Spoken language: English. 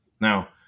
Now